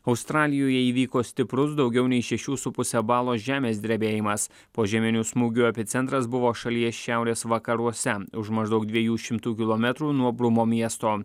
australijoje įvyko stiprus daugiau nei šešių su puse balo žemės drebėjimas požeminių smūgių epicentras buvo šalies šiaurės vakaruose už maždaug dviejų šimtų kilometrų nuo brumo miesto